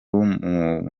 w’umudage